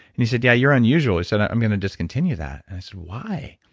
and he said, yeah, you're unusual. he said, i'm i'm going to discontinue that. i said, why?